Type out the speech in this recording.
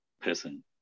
person